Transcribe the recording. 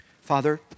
Father